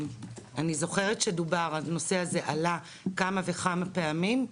אני זוכרת שדובר, הנושא הזה עלה כמה וכמה פעמים,